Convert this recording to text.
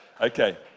Okay